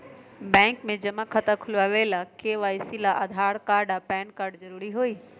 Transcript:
bank में जमा खाता खुलावे ला के.वाइ.सी ला आधार कार्ड आ पैन कार्ड जरूरी हई